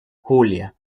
julia